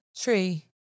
tree